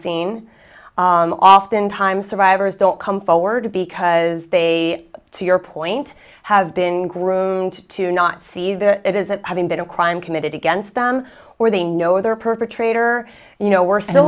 scene oftentimes survivors don't come forward because they to your point have been groomed to not see the it is that having been a crime committed against them or they know their perpetrator you know we're still